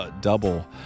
double